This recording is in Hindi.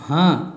हाँ